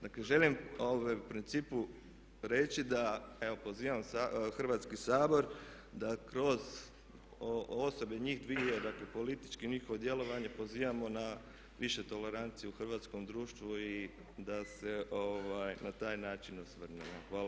Dakle, želim u principu reći da evo pozivam Hrvatski sabor da kroz osobe njih dvije, dakle političko njihovo djelovanje pozivamo na više tolerancije u hrvatskom društvu i da se na taj način osvrnemo.